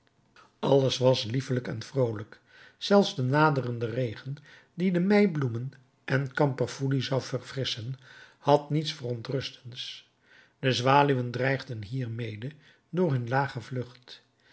alles was liefelijk en vroolijk zelfs de naderende regen die de meibloemen en kamperfoelie zou verfrisschen had niets verontrustends de zwaluwen dreigden hiermede door hun lage vlucht